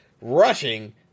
rushing